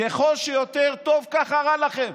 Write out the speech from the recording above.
ככל שיותר טוב, ככה רע לכם.